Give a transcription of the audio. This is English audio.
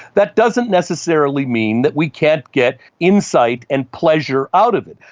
that doesn't necessarily mean that we can't get insight and pleasure out of it.